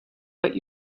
but